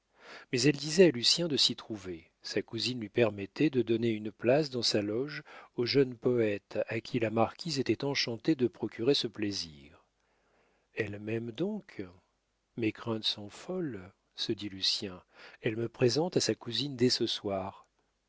mais elle disait à lucien de s'y trouver sa cousine lui permettait de donner une place dans sa loge au jeune poète à qui la marquise était enchantée de procurer ce plaisir elle m'aime donc mes craintes sont folles se dit lucien elle me présente à sa cousine dès ce soir